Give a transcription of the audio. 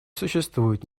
существует